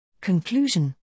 Conclusion